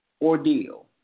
ordeal